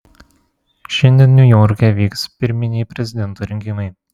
šiandien niujorke vyks pirminiai prezidento rinkimai